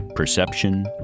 Perception